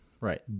Right